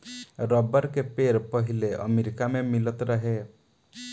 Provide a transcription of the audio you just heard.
rubber के पेड़ पहिले अमेरिका मे मिलत रहे